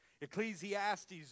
Ecclesiastes